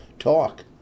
talk